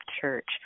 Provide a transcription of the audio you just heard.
church